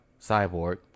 Cyborg